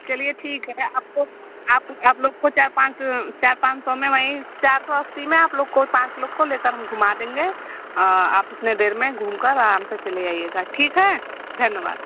चलिए ठीक है आपको आपको आप लोग खुद चार पाँच चार पाँच सौ में वहीं चार सौ अस्सी में आप लोग को पाँच लोग को लेकर हम घुमा देंगे आप उतने देर में घूमकर आराम से चले आइएगा ठीक है धन्यवाद